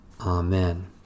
Amen